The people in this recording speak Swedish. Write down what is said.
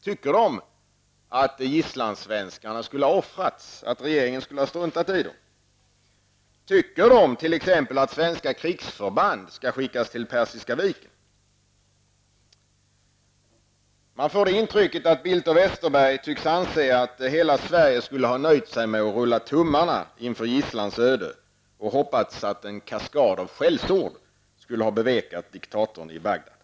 Tycker de att gisslansvenskarna skulle ha offrats, att regeringen skulle ha struntat i dem? Tycker de att svenska krigsförband skall skickas till Persiska viken? Man får intrycket att Bildt och Westerberg tycks anse att hela Sverige skulle ha nöjt sig med att rulla tummarna inför gisslans öde och hoppats att en kaskad av skällsord skulle ha bevekat diktatorn i Bagdad.